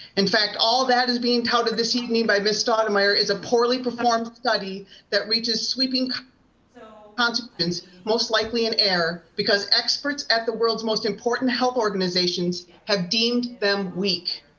in fact, all of that is being touted this evening by ms stottermeyer is a poorly performed study that reaches sweeping so consequence most likely in air because experts at the world's most important health organizations have deemed them weak.